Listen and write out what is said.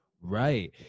Right